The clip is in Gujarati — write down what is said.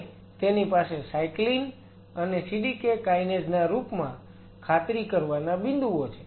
અને તેની પાસે સાયક્લીન અને CDK કાયનેજ ના રૂપમાં ખાતરી કરવાના બિંદુઓ છે